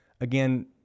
Again